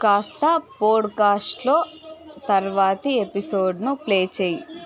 కాస్త పోడ్కాస్ట్ లో తర్వాతి ఎపిసోడ్ ను ప్లే చేయి